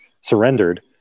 surrendered